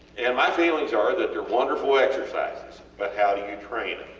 and my feelings are that theyre wonderful exercises but how do you train